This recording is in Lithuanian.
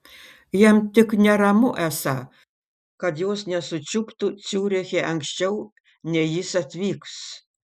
jam tik neramu esą kad jos nesučiuptų ciuriche anksčiau nei jis atvyks